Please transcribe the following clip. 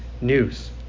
news